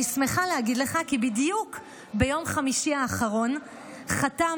אני שמחה להגיד לך כי בדיוק ביום חמישי האחרון חתמנו,